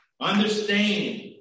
understand